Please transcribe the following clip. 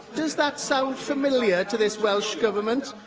does that sound familiar to this welsh government?